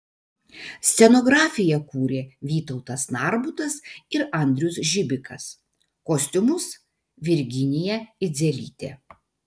scenografiją kūrė vytautas narbutas ir andrius žibikas kostiumus virginija idzelytė